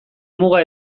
muga